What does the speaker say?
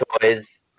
toys